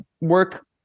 work